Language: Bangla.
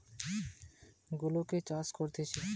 ভারতে বিয়াল্লিশটা ভেড়ার প্রজাতি গুলাকে চাষ করতিছে